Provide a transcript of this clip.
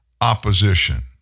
opposition